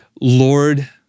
Lord